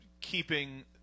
keeping